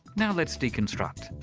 now let's deconstruct.